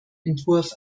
entwurf